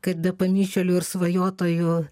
kad be pamišėlių ir svajotojų